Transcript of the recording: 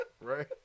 right